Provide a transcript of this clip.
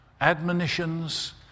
admonitions